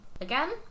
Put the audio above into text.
Again